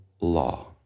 law